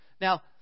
Now